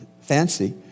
fancy